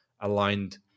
aligned